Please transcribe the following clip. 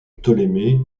ptolémée